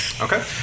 Okay